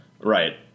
Right